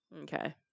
Okay